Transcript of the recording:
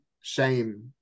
shame